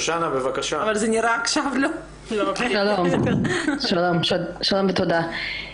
שלום ותודה.